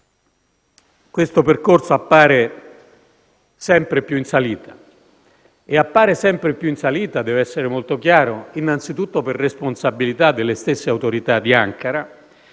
questo percorso appare sempre più in salita. E appare sempre più in salita - devo essere molto chiaro - innanzitutto per responsabilità delle stesse autorità di Ankara;